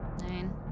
Nine